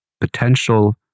potential